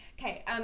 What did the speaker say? Okay